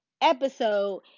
episode